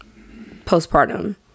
postpartum